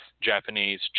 Japanese